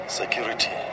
security